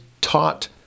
taught